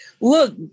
Look